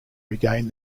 regain